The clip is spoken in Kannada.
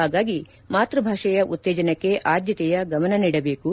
ಹಾಗಾಗಿ ಮಾತ್ಯಭಾಷೆಯ ಉತ್ತೇಜನಕ್ಕೆ ಆದ್ಯತೆಯ ಗಮನ ನೀಡಬೇಕು